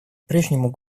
прежнему